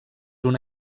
una